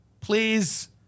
Please